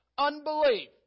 unbelief